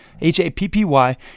H-A-P-P-Y